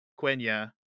Quenya